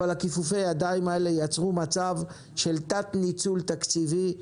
אבל כיפופי הידיים האלה יצרו מצב של תת ניצול תקציבי,